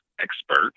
expert